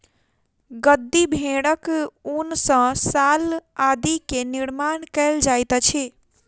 गद्दी भेड़क ऊन सॅ शाल आदि के निर्माण कयल जाइत अछि